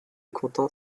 comptant